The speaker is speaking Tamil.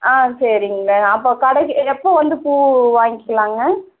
ஆ சரிங்க அப்போது கடைக்கு எப்போது வந்து பூ வாங்க்கிலாங்க